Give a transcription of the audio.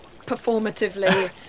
performatively